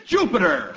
Jupiter